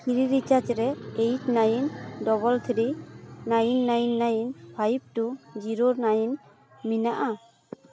free recharge ᱨᱮ eight nine double three nine nine nine five two zero nine ᱢᱮᱱᱟᱜᱼᱟ